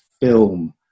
film